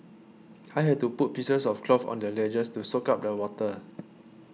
I had to put pieces of cloth on the ledges to soak up the water